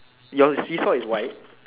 your seesaw is white